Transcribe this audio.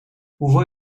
hoeveel